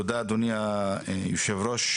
תודה אדוני יושב הראש.